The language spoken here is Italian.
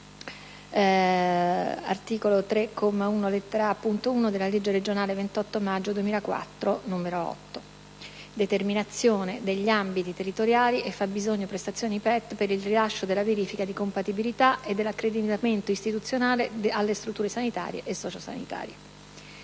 3, comma 1, lettera a), punto 1) della L.R. 28 maggio 2004, n. 8. Determinazione degli ambiti territoriali e fabbisogno prestazioni PET per il rilascio della verifica di compatibilità e dell'accreditamento istituzionale alle strutture sanitarie e socio-sanitarie».